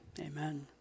amen